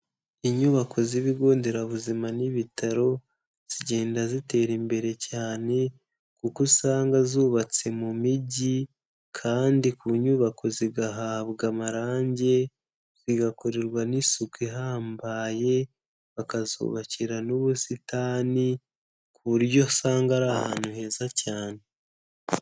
Inyubako z'ibigo nderabuzima n'ibitaro, zigenda zitera imbere cyane kuko usanga zubatse mu mijyi kandi ku nyubako zigahabwa amarangi, zigakorerwa n'isuku ihambaye, bakazubakira n'ubusitani, ku buryo usanga ari ahantu heza cyane.